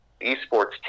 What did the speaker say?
esports